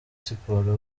siporo